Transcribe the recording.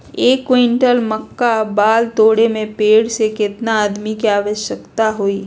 एक क्विंटल मक्का बाल तोरे में पेड़ से केतना आदमी के आवश्कता होई?